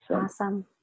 Awesome